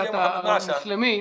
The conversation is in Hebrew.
הדת המוסלמית,